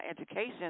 education